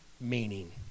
meaning